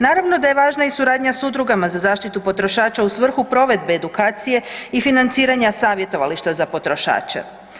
Naravno da je važna i suradnja s udrugama za zaštitu potrošača u svrhu provedbe edukacije i financiranja savjetovališta za potrošače.